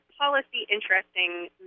policy-interesting